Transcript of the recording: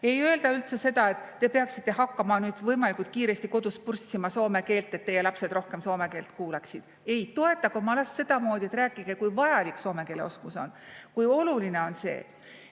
Ei öelda seda, et te peaksite hakkama võimalikult kiiresti kodus purssima soome keelt, et teie lapsed rohkem soome keelt kuuleksid. Ei, toetage oma last sedamoodi, et rääkige, kui vajalik soome keele oskus on. Kui oluline on see!